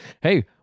Hey